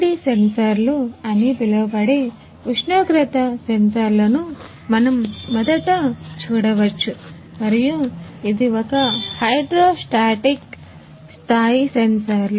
RTD సెన్సార్లు అని పిలువబడే ఉష్ణోగ్రత సెన్సార్లను మనం మొదట చూడవచ్చు మరియు ఇది ఒక హైడ్రోస్టాటిక్ స్థాయి సెన్సార్లు